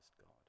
God